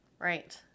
Right